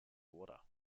water